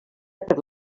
per